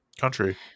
country